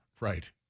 Right